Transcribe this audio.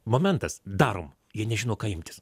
momentas darom jie nežino ką imtis